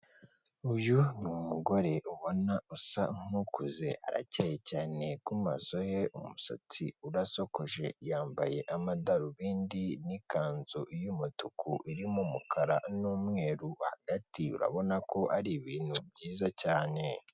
Uyu ni umugore ubona usa nk'ukuze, arakeye cyane kumaso ye, umusatsi urasokoje. Yambaye amadarubindi n'ikanzu y'umutuku, irimo umukara n'umweru hagati. Urabona ko ari ibintu byiza cyane.